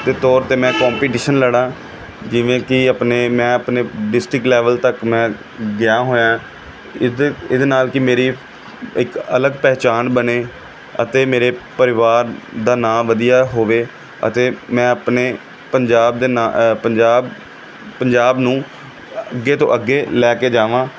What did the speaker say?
ਦੇ ਤੌਰ 'ਤੇ ਮੈਂ ਕੋਂਪੀਟੀਸ਼ਨ ਲੜ੍ਹਾਂ ਜਿਵੇਂ ਕਿ ਆਪਣੇ ਮੈਂ ਆਪਣੇ ਡਿਸਟਿਕ ਲੈਵਲ ਤੱਕ ਮੈਂ ਗਿਆ ਹੋਇਆ ਇਹਦੇ ਇਹਦੇ ਨਾਲ ਕਿ ਮੇਰੀ ਇੱਕ ਅਲੱਗ ਪਹਿਚਾਣ ਬਣੇ ਅਤੇ ਮੇਰੇ ਪਰਿਵਾਰ ਦਾ ਨਾਂ ਵਧੀਆ ਹੋਵੇ ਅਤੇ ਮੈਂ ਆਪਣੇ ਪੰਜਾਬ ਦੇ ਨਾਂ ਪੰਜਾਬ ਪੰਜਾਬ ਨੂੰ ਅੱਗੇ ਤੋਂ ਅੱਗੇ ਲੈ ਕੇ ਜਾਵਾਂ